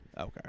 Okay